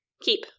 Keep